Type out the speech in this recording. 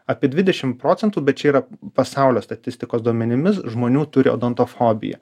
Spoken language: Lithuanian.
apie dvidešim procentų bet čia yra pasaulio statistikos duomenimis žmonių turi odontofobiją